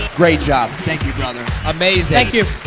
great job, thank you brother, amazing. thank you.